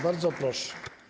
Bardzo proszę.